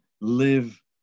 live